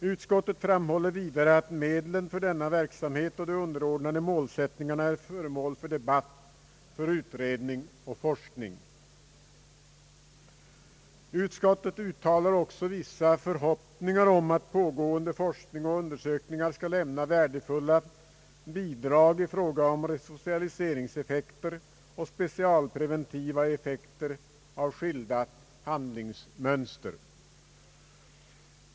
Utskottet framhåller vidare att medlen för denna verksamhet och de underordnade målsättningarna är föremål för debatt, utredning och forskning. Utskottet uttalar också vissa förhoppningar om att pågående forskning och undersökningar skall lämna värdefulla bidrag i fråga om resocialiseringseffekter och specialpreventiva effekter av skilda handlingsmönster.